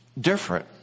Different